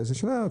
ואז השאלה,